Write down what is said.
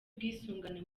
ubwisungane